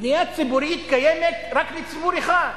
בנייה ציבורית קיימת רק לציבור אחד,